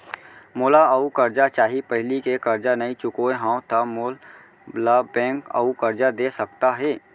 मोला अऊ करजा चाही पहिली के करजा नई चुकोय हव त मोल ला बैंक अऊ करजा दे सकता हे?